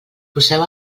poseu